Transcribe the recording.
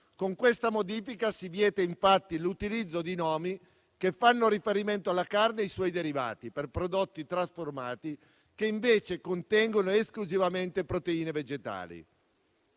Con questa modifica si vieta infatti l'utilizzo di nomi che fanno riferimento alla carne e ai suoi derivati, per prodotti trasformati, che invece contengono esclusivamente proteine vegetali.